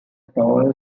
tall